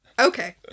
okay